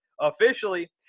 officially